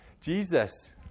Jesus